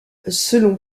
selon